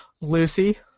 Lucy